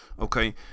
Okay